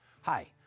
Hi